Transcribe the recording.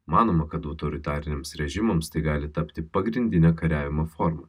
manoma kad autoritariniams režimams tai gali tapti pagrindinė kariavimo forma